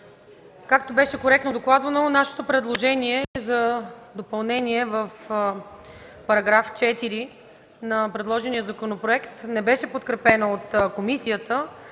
Както беше коректно докладвано, нашето предложение за допълнение в § 4 на предложения законопроект, не беше подкрепено от комисията,